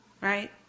Right